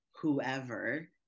whoever